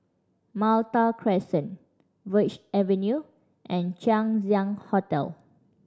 Malta Crescent Verde Avenue and Chang Ziang Hotel